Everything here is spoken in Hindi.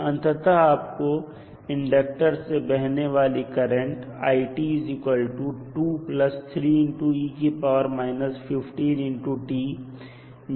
तो अंततः आपको इंडक्टर से बहने वाली करंट i मिलेगी जब t0 होगा